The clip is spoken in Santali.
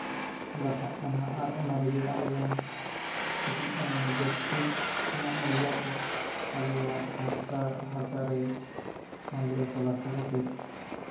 ᱞᱟᱴᱷᱟᱜ ᱠᱟᱱᱟ ᱟᱨ ᱚᱱᱟ ᱨᱮᱜᱮ ᱟᱵᱚᱵᱚᱱ ᱜᱤᱛᱤᱡ ᱠᱟᱱᱟ ᱢᱟᱱᱮ ᱵᱮᱰᱥᱤᱴ ᱨᱮᱱᱟᱜ ᱢᱟᱹᱭᱞᱟᱹᱛᱮ ᱟᱵᱚᱣᱟᱜ ᱦᱟᱨᱛᱟ ᱦᱟᱨᱛᱟ ᱨᱮ ᱢᱟᱹᱭᱞᱟᱹ ᱠᱚ ᱞᱟᱴᱷᱟ ᱠᱟᱛᱮᱫ